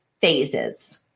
phases